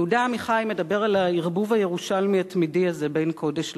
יהודה עמיחי מדבר על הערבוב הירושלמי התמידי הזה בין קודש לחול,